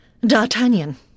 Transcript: D'Artagnan